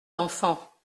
d’enfants